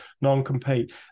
non-compete